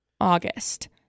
August